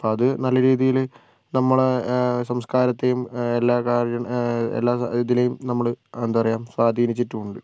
അപ്പം അത് നല്ല രീതിയിൽ നമ്മളുടെ സംസ്കാരത്തെയും എല്ലാ കാര്യം എല്ലാ ഇതിനെയും നമ്മള് എന്താ പറയുക സ്വാധിനിച്ചിട്ടും ഉണ്ട്